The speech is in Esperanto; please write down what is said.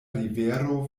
rivero